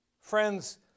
Friends